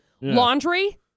Laundry